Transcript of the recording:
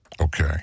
Okay